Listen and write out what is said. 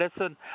Listen